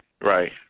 Right